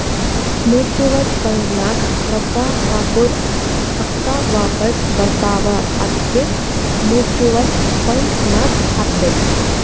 mutual fund ನಾಗ್ ರೊಕ್ಕಾ ಹಾಕುರ್ ಪಕ್ಕಾ ವಾಪಾಸ್ ಬರ್ತಾವ ಅದ್ಕೆ ಮೂಚುವಲ್ ಫಂಡ್ ನಾಗ್ ಹಾಕಬೇಕ್